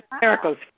miracles